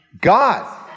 God